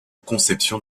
conception